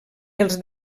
els